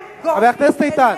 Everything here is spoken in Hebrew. חבר הכנסת איתן.